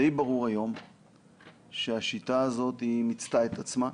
די ברור היום שהשיטה הזאת מיצתה את עצמה.